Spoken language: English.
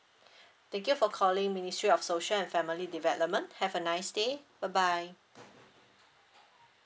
thank you for calling ministry of social and family development have a nice day bye bye